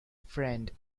friend